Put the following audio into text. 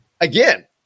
again